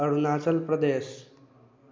Arunachal Pradesh